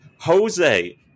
jose